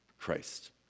Christ